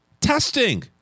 testing